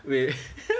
wait